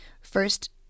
First